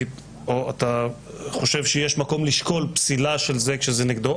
או אתה חושב שיש מקום לשקול פסילה של זה כשזה נגדו.